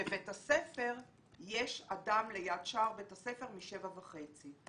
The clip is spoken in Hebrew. בבית הספר יש אדם ליד שער בית הספר משעה 7:30 בבוקר.